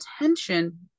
attention